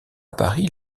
paris